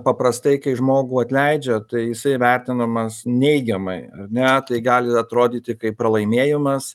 paprastai kai žmogų atleidžia tai jisai įvertinamas neigiamai ar ne tai gali atrodyti kaip pralaimėjimas